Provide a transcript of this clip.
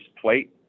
plate